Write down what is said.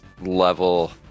level